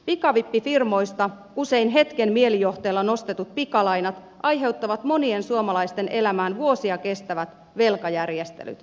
pikavippifirmoista usein hetken mielijohteella nostetut pikalainat aiheuttavat monien suomalaisten elämään vuosia kes tävät velkajärjestelyt